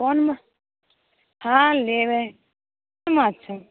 कोन माँछ हँ लेबै कोन माँछ छै